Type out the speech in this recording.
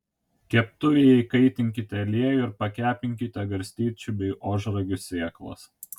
keptuvėje įkaitinkite aliejų ir pakepinkite garstyčių bei ožragių sėklas